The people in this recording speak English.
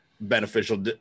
beneficial